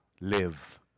live